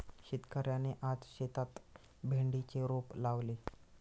शेतकऱ्याने आज शेतात भेंडीचे रोप लावले